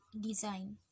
design